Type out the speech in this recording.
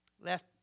Last